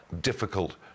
difficult